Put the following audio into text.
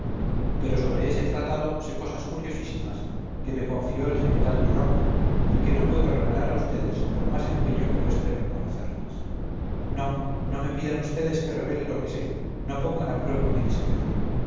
pero sobre ese tratado sé cosas curiosísimas que me confió el general duroc y que no puedo revelar a vds por más empeño que muestren en conocerlas no no me pidan vds que revele lo que sé no pongan a prueba mi discreción